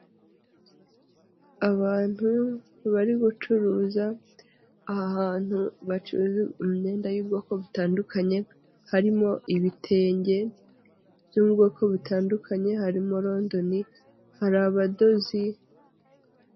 Abantu bari gucuruza aha hantu bacuruza imyenda y'ubwoko butandukanye harimo ibitenge byo mu bwoko butandukanye harimo london, haribadozi.